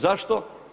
Zašto?